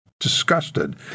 disgusted